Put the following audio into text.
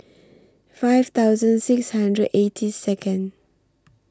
five thousand six hundred eighty Second